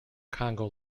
congo